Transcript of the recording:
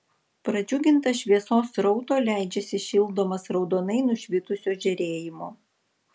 pradžiugintas šviesos srauto leidžiasi šildomas raudonai nušvitusio žėrėjimo